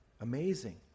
Amazing